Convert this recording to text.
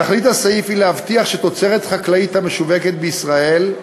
תכלית הסעיף היא להבטיח שתוצרת חקלאית המשווקת בישראל,